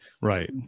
right